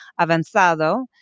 Avanzado